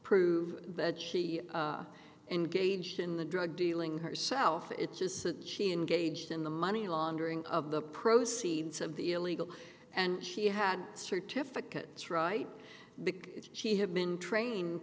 prove that she engaged in the drug dealing herself it's just that she engaged in the money laundering of the proceeds of the illegal and she had certificates right big that she had been trained